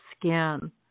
skin